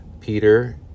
Peter